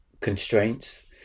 constraints